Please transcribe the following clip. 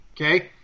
Okay